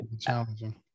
challenging